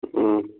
ꯎꯝ